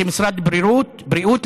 כמשרד בריאות,